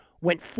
went